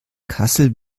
kassel